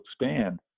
expand